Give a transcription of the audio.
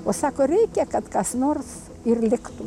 o sako reikia kad kas nors ir liktų